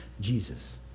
Jesus